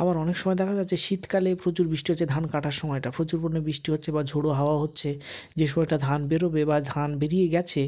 আবার অনেক সময় দেখা গেছে শীতকালে প্রচুর বৃষ্টি হচ্ছে ধান কাটার সময়টা প্রচুর পরিমাণে বৃষ্টি হচ্ছে বা ঝোড়ো হাওয়া হচ্ছে যে সময়টা ধান বেরোবে বা ধান বেরিয়ে গেছে